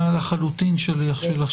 הוא היה לחלוטין שליח שלכם,